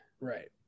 Right